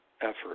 effort